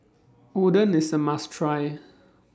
Oden IS A must Try